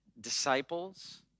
disciples